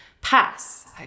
pass